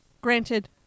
granted